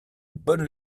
bonne